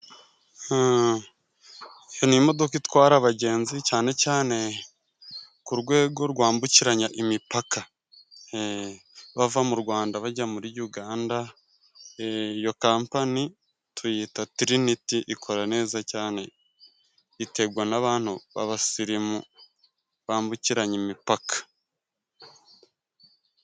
Iyo ni imodoka itwara abagenzi, cyane cyane ku rwego rwambukiranya imipaka. Bava mu Rwanda bajya muri Uganda, iyo kampani tuyita Trinity, ikora neza cyane, itegwa n'abantu b'abasirimu bambukiranya imipaka.